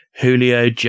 Julio